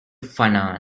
funan